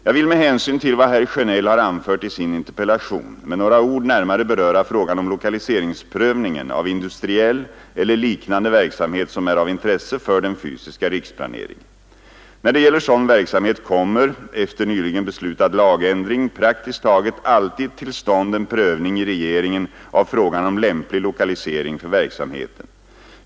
Jag vill med hänsyn till vad herr Sjönell har anfört i sin interpellation med några ord närmare beröra frågan om lokaliseringsprövningen av industriell eller liknande verksamhet som är av intresse för den fysiska riksplaneringen. När det gäller sådan verksamhet kommer, efter nyligen beslutad lagändring, praktiskt taget alltid till stånd en prövning i regeringen av frågan om lämplig lokalisering för verksamheten.